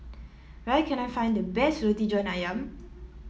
where can I find the best Roti John ayam